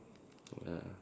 ya